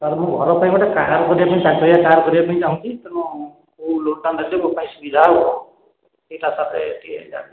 sir ମୁଁ ଘର ପାଇଁ ଗୋଟେ କାର୍ ଚାରି ଚକିଆ କାର୍ କରିବାପାଇଁ ଚାହୁଁଛି ତେଣୁ କେଉଁ ଲୋନ ଟା ନେଲେ ମୋ ପାଇଁ ସୁବିଧା ହେବ ସେଇଟା ସାର୍ ଟିକେ ଜାଣିଲେ ଭଲ ହୁଅନ୍ତା